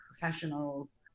professionals